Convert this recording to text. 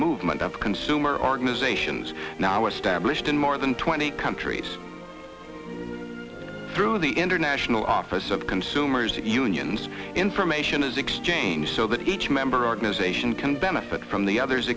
movement of consumer organizations now established in more than twenty countries through the international office of consumers unions information is exchanged so that each member organization can benefit from the other